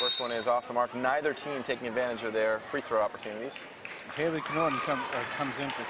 this one is off the mark neither team taking advantage of their free throw opportunities